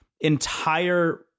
entire